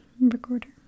recorder